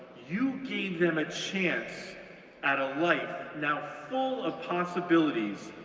you gave them a chance at a life now full of possibilities,